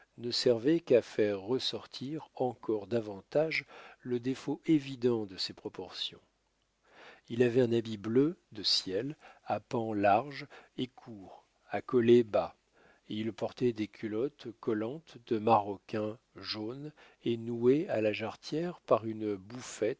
ne servaient qu'à faire ressortir encore davantage le défaut évident de ses proportions il avait un habit bleu de ciel à pans larges et courts à collet bas il portait des culottes collantes de maroquin jaune et nouées à la jarretière par une